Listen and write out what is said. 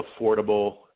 affordable